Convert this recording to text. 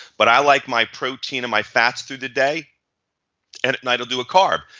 but i like my protein and my fats through the day and at night i'll do a carb.